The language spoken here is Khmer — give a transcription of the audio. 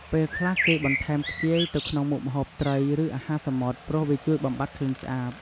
ពេលខ្លះគេបន្ថែមខ្ជាយទៅក្នុងមុខម្ហូបត្រី ឬអាហារសមុទ្រ ព្រោះវាជួយបំបាត់ក្លិនឆ្អាប។